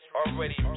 already